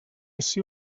ací